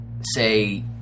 say